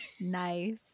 Nice